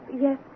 Yes